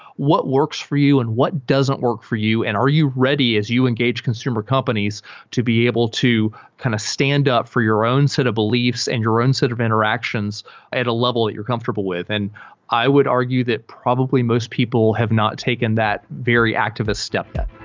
what works for you and what doesn't work for you and are you ready as you engage consumer companies to be able to kind of stand up for your own set of beliefs and your own set of interactions at a level that you're comfortable with? and i would argue that probably most people have not taken that very active a step yet